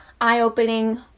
eye-opening